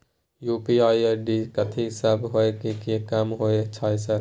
UPI ID कथि सब हय कि काम होय छय सर?